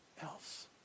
else